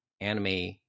anime